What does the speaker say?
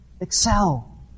Excel